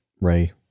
Ray